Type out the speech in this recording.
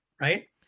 right